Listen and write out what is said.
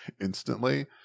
instantly